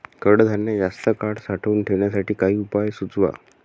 कडधान्य जास्त काळ साठवून ठेवण्यासाठी काही उपाय सुचवा?